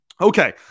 Okay